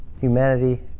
humanity